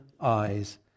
eyes